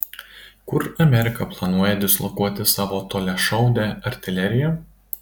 kur amerika planuoja dislokuoti savo toliašaudę artileriją